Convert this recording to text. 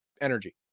energy